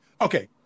okay